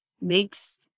makes